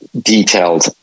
detailed